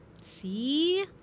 See